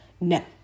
No